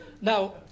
Now